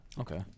Okay